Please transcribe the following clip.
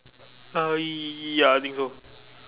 uh ya I think so